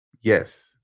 yes